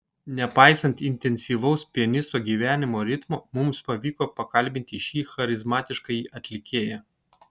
nepaisant intensyvaus pianisto gyvenimo ritmo mums pavyko pakalbinti šį charizmatiškąjį atlikėją